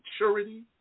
maturity